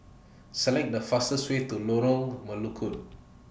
Select The fastest Way to Lorong Melukut